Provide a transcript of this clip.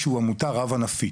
שהוא עמותה רב ענפית,